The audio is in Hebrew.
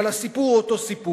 אבל הסיפור הוא אותו סיפור.